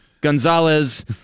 gonzalez